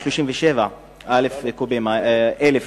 כ-137,000 קוב,